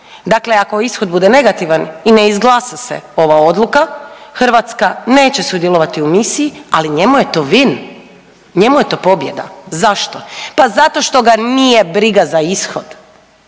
dakle ako ishod bude negativan i ne izglasa se ova odluka Hrvatska neće sudjelovati u misiji, ali njemu je to win, njemu je to pobjeda. Zašto? Pa zato što ga nije briga za ishod.